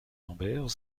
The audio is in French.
lambert